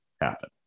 happen